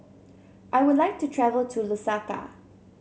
I would like to travel to Lusaka